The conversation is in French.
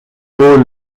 haut